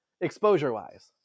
exposure-wise